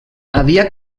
havia